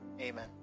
amen